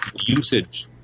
usage